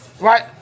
right